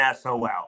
SOL